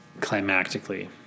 climactically